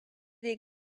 les